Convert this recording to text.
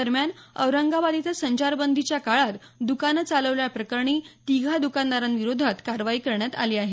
दरम्यान औरंगाबाद इथं संचारबंदीच्या काळात द्कान चालवल्याप्रकरणी तिघा दुकानदारांविरोधाक कारवाई करण्यात आली आहे